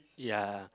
yeah